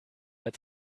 als